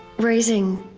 raising